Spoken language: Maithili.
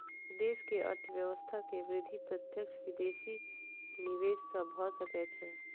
देश के अर्थव्यवस्था के वृद्धि प्रत्यक्ष विदेशी निवेश सॅ भ सकै छै